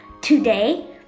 today